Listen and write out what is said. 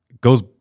goes